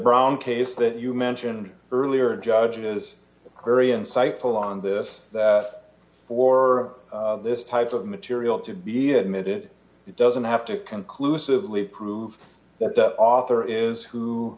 brown case that you mentioned earlier judge is very insightful on this that for this type of material to be admitted it doesn't have to conclusively prove that the author is who